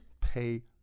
pay